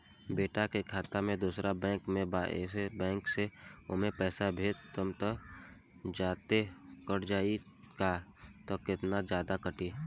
बेटा के खाता दोसर बैंक में बा त ए बैंक से ओमे पैसा भेजम त जादे कट जायी का त केतना जादे कटी?